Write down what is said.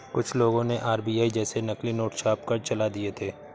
कुछ लोगों ने आर.बी.आई जैसे नकली नोट छापकर चला दिए थे